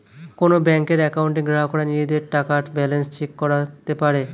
কোন ব্যাংকের অ্যাকাউন্টে গ্রাহকরা নিজেদের টাকার ব্যালান্স চেক করতে পারে